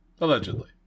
Allegedly